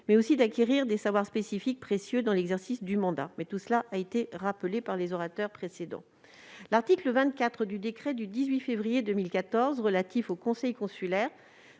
mais aussi à acquérir des savoirs spécifiques, précieux dans l'exercice du mandat. Tout cela a été rappelé par les orateurs précédents. L'article 24 du décret du 18 février 2014 relatif aux conseils consulaires